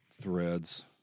threads